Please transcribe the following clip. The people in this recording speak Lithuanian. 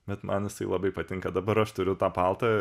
bet man jisai labai patinka dabar aš turiu tą paltą